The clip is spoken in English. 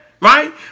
right